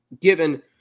given